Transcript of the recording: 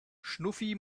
schnuffi